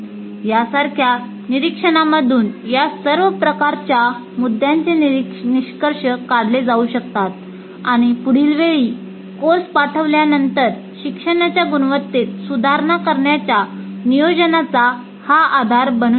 या सारख्या निरिक्षणांमधून या सर्व प्रकारच्या मुद्द्यांचे निष्कर्ष काढले जाऊ शकतात आणि पुढील वेळी कोर्स पाठवल्यानंतर शिक्षणाच्या गुणवत्तेत सुधारणा करण्याच्या नियोजनाचा हा आधार बनू शकतो